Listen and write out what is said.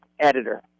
editor